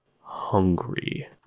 hungry